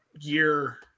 year